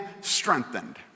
strengthened